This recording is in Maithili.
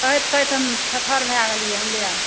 क़हैत कहैत थेथर भए गेलियै हमरे आर